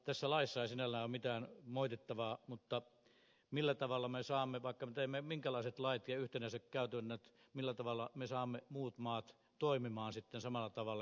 tässä laissa ei sinällään ole mitään moitittavaa mutta millä tavalla me saamme vaikka me teemme minkälaiset lait ja yhtenäiset käytännöt muut maat toimimaan sitten samalla tavalla kuin lakiesityksessä